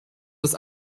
das